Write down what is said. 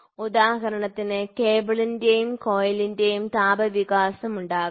ഉദാഹരണത്തിന് കേബിളിന്റെയും കോയിലിന്റെയും താപ വികാസം ഉണ്ടാകാം